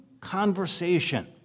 conversation